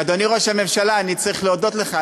ואדוני ראש הממשלה, אני צריך להודות לך.